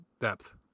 depth